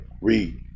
Read